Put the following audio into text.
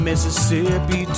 Mississippi